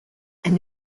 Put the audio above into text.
and